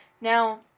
Now